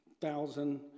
Thousand